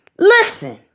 Listen